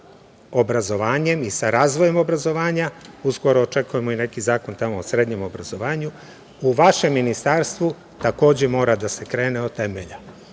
sa obrazovanjem i sa razvojem obrazovanja. Uskoro očekujemo i neki zakon o srednjem obrazovanju. U vašem Ministarstvu takođe mora da se krene od temelja. Šta